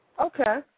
Okay